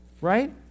right